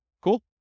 Cool